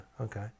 okay